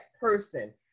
person